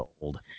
old